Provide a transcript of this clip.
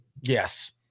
Yes